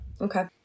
Okay